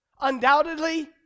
Undoubtedly